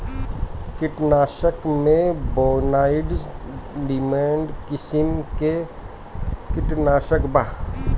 कीटनाशक में बोनाइड निमन किसिम के कीटनाशक बा